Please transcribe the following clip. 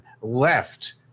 left